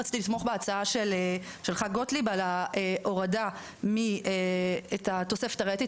רציתי לתמוך בהצעה של ח"כ גוטליב על ההורדה של התוספת הראייתית